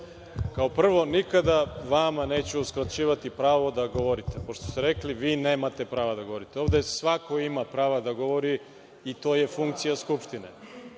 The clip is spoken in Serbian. Kao prvo, nikada vama neću uskraćivati pravo da govorite, pošto ste rekli – vi nemate prava da govorite. Ovde svako ima prava da govori i to je funkcija Skupštine.